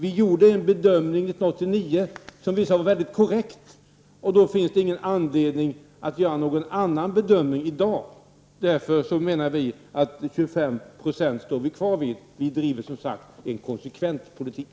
Vi gjorde en bedömning 1989 som visade sig vara korrekt, och då finns det ingen anledning att göra någon annan bedömning i dag. Vi står kvar vid 25 960. Vi driver som sagt en konsekvent politik.